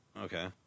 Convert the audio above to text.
Okay